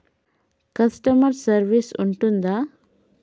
Customer service ఉంటుందా?